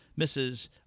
Mrs